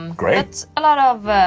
um great a lot of.